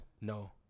No